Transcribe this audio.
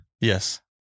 Yes